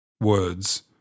words